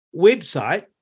website